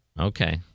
Okay